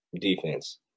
defense